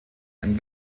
ein